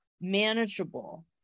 manageable